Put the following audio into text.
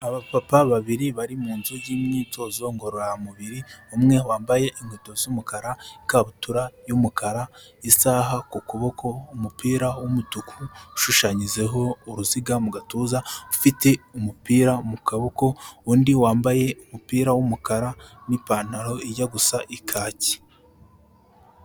Abapapa babiri bari mu nzu y'imyitozo ngororamubiri, umwe wambaye inkweto z'umukara, ikabutura y'umukara, isaha ku kuboko, umupira w'umutuku ushushanyijeho uruziga mu gatuza, ufite umupira mu kaboko, undi wambaye umupira w'umukara n'ipantaro ijya gusa ikaki.